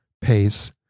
pace